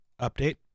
update